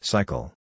Cycle